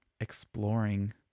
exploring